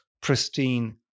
pristine